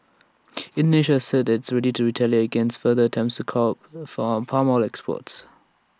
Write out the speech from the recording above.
Indonesia has said it's ready to retaliate against further attempts to curb for palm oil exports